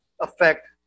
affect